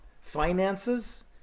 Finances